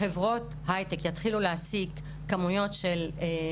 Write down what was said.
חבר הכנסת אתה רוצה לומר כמה דברים?